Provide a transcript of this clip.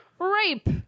rape